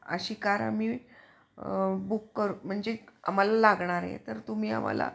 अशी कार आम्ही बुक करू म्हणजे आम्हाला लागणार आहे तर तुम्ही आम्हाला